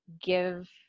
give